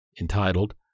entitled